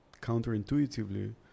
counterintuitively